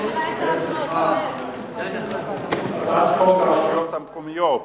הצעת חוק הרשויות המקומיות